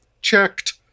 checked